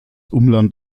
umland